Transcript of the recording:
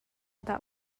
dah